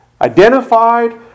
Identified